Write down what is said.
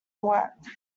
awoke